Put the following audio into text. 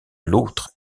l’autre